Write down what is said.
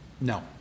No